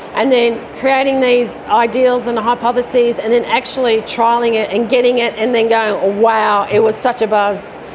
and then creating these ideals and hypotheses and then actually trialling it and getting it and then going, ah wow, it was such a buzz.